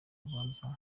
urubanza